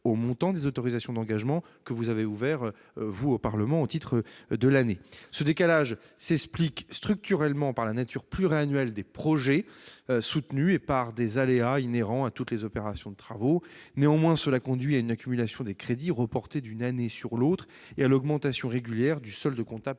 au montant des autorisations d'engagement que le Parlement a ouvertes au titre de l'année. Ce décalage s'explique structurellement par la nature pluriannuelle des projets soutenus et par des aléas inhérents à toutes les opérations de travaux. Néanmoins, cela conduit à une accumulation des crédits reportés d'une année sur l'autre et à l'augmentation régulière du solde comptable